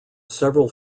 several